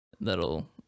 that'll